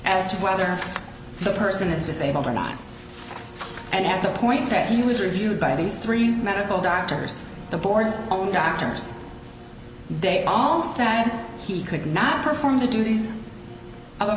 as to whether the person is disabled or not and at the point he was reviewed by these three medical doctors the board's own doctors they all said he could not perform the duties o